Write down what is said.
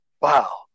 Wow